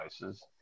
devices